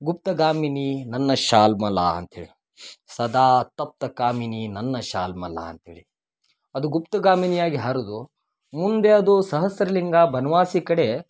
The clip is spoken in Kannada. ಗುಪ್ತಗಾಮಿನಿ ನನ್ನ ಶಾಲ್ಮಲಾ ಅಂತ್ಹೇಳಿ ಸದಾ ತಪ್ತ ಕಾಮಿನಿ ನನ್ನ ಶಾಲ್ಮಲ ಅಂತ್ಹೇಳಿ ಅದು ಗುಪ್ತಗಾಮಿನಿಯಾಗಿ ಹರಿದು ಮುಂದೆ ಅದು ಸಹಸ್ರಲಿಂಗ ಬನ್ವಾಸಿ ಕಡೆ